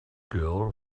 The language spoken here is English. girl